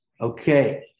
Okay